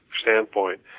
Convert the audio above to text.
standpoint